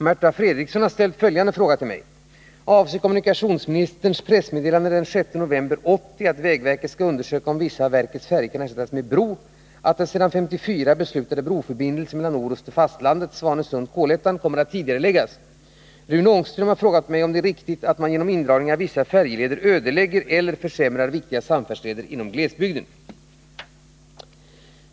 Märta Fredrikson har ställt följande fråga till mig: Avser kommunika undersöka om vissa av verkets färjor kan ersättas med bro, att den sedan 1954 Tisdagen den beslutade broförbindelsen mellan Orust och fastlandet, Svanesund-Kolhät 18 november 1980 tan, kommer att tidigareläggas? Rune Ångström har frågat mig om det är riktigt att man genom indragning Om vissa färjeav vissa färjeleder ödelägger eller försämrar viktiga samfärdsleder inom och broförbindelglesbygden.